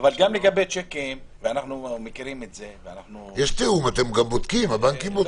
יש תיאום, הבנקים גם בודקים את זה.